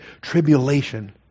tribulation